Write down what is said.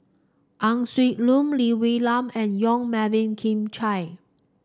Ang Swee Lun Lee Wee Nam and Yong Melvin Yik Chye